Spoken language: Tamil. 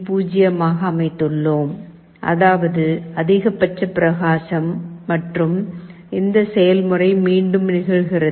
0 ஆக அமைத்துள்ளோம் அதாவது அதிகபட்ச பிரகாசம் மற்றும் இந்த செயல்முறை மீண்டும் நிகழ்கிறது